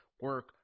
Work